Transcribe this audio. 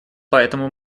поэтому